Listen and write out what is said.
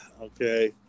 Okay